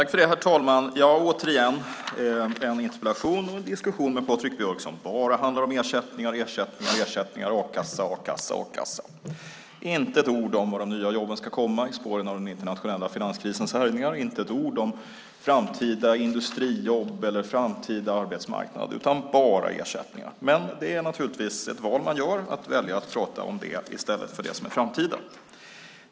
Herr talman! Återigen är detta en interpellationsdebatt och en diskussion med Patrik Björck som bara handlar om ersättningar och ersättningar samt a-kassa och a-kassa. Inte ett ord om var de nya jobben ska komma i spåren av den internationella finanskrisens härjningar. Inte ett ord om framtida industrijobb eller framtida arbetsmarknad utan bara ersättningar. Det är naturligtvis ett val man gör, att prata om det i stället för det som är framtiden.